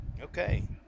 Okay